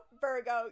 Virgo